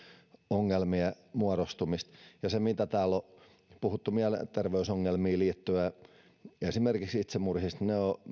ongelmien muodostumista siitä mitä täällä on puhuttu mielenterveysongelmiin liittyen esimerkiksi itsemurhista